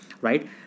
Right